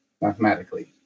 mathematically